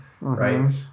Right